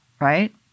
right